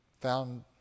found